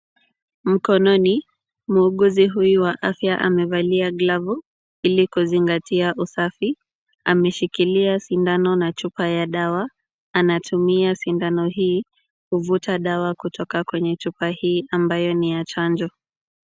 Mkononi, muuguzi huyu wa afya amevalia glavu, ili kuzingatia usafi, ameshikilia shindano na chupa ya dawa. Anatumia sindano hii kuvuta dawa kutoka kwenye chupa hii ambayo ni ya chanjo.